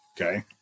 Okay